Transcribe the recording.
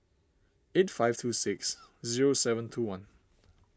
eight five two six zero seven two one